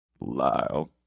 Lyle